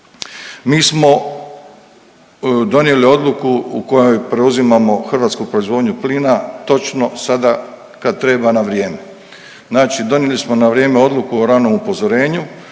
Mi smo donijeli odluku u kojoj preuzimamo hrvatsku proizvodnju plina, točno sada kad treba na vrijeme. Znači donijeli smo na vrijeme odluku o ranom upozorenju,